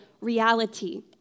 reality